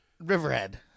Riverhead